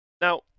Now